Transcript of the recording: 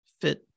fit